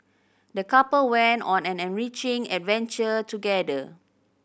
the couple went on an enriching adventure together